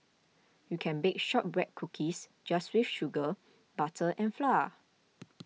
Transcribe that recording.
you can bake Shortbread Cookies just with sugar butter and flour